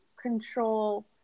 control